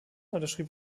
unterschrieb